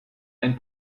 ein